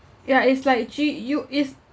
ya is like treat you is